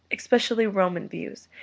especially roman views,